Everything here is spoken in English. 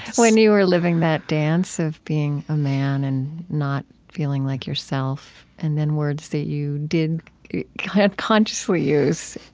when you were living that dance of being a man and not feeling like yourself and then words that you did kind of consciously use.